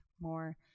more